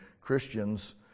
Christians